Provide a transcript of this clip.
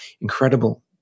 incredible